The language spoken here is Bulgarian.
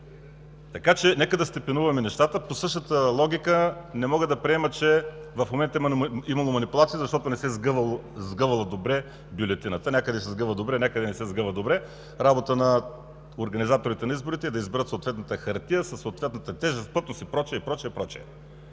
Така че нека да степенуваме нещата. По същата логика не мога да приема, че в момента има манипулация, защото не се сгъвала добре бюлетината – някъде се сгъва добре, някъде и не се сгъва добре, но е работа на организаторите на изборите да изберат съответната хартия, със съответната тежест, плътност и прочие. Така че